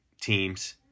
teams